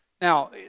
Now